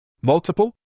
Multiple